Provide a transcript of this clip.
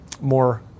more